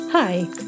Hi